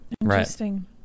interesting